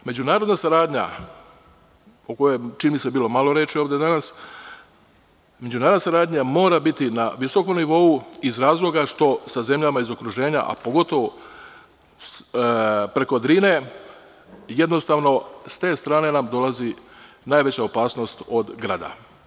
Međunarodna saradnja, o kojoj je bilo malo reči danas, mora biti na visokom nivou iz razloga što sa zemljama iz okruženja, a pogotovo preko Drine, sa te strane nam dolazi najveća opasnost od grada.